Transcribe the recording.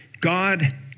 God